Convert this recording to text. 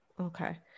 Okay